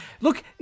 look